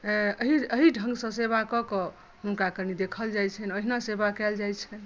एहि एहि ढंगसँ सेवा कऽ कऽ हुनका कने देखल जाइ छनि ओहिना सेवा कयल जाइ छनि